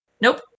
Nope